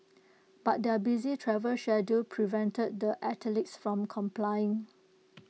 but their busy travel schedule prevented the athletes from complying